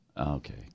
Okay